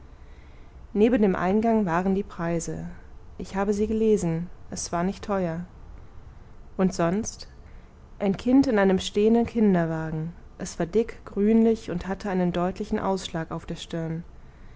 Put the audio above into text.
neben dem eingang waren die preise ich habe sie gelesen es war nicht teuer und sonst ein kind in einem stehenden kinderwagen es war dick grünlich und hatte einen deutlichen ausschlag auf der stirn